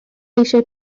eisiau